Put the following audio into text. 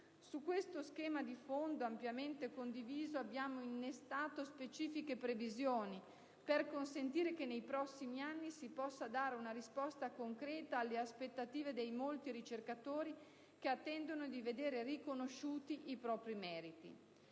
Su questo schema di fondo, ampiamente condiviso, abbiamo innestato specifiche previsioni per consentire che nei prossimi anni si possa dare un risposta concreta alle aspettative dei molti ricercatori che attendono di vedere riconosciuti i propri meriti.